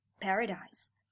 Paradise